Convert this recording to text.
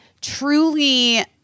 truly